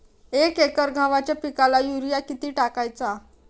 एक एकर गव्हाच्या पिकाला युरिया किती टाकायचा?